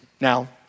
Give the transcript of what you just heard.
now